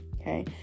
okay